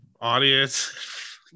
audience